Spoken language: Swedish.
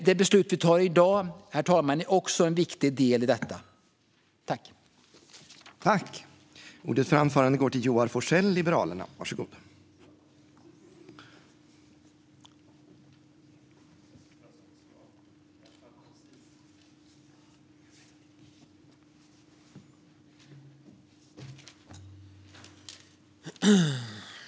Det beslut vi tar i dag är också en viktig del i detta, herr talman.